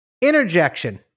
interjection